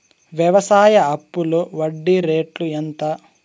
వ్యవసాయ అప్పులో వడ్డీ రేట్లు ఎంత?